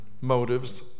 motives